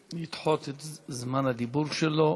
שביקש לדחות את זמן הדיבור שלו.